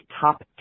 top